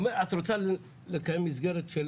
אומר, את רוצה לקיים מסגרת של